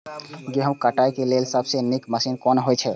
गेहूँ काटय के लेल सबसे नीक मशीन कोन हय?